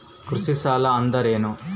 ಕೃಷಿ ಸಾಲ ಅಂದರೇನು?